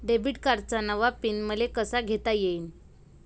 Debit कार्डचा नवा pin मले कसा घेता येईन?